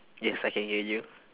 yes I can hear you